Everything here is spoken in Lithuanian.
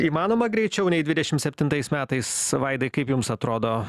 įmanoma greičiau nei dvidešimt septintais metais vaidai kaip jums atrodo